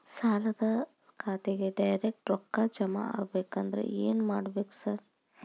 ಸಾಲದ ಖಾತೆಗೆ ಡೈರೆಕ್ಟ್ ರೊಕ್ಕಾ ಜಮಾ ಆಗ್ಬೇಕಂದ್ರ ಏನ್ ಮಾಡ್ಬೇಕ್ ಸಾರ್?